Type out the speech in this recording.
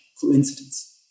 coincidence